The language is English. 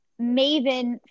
Maven